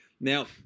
Now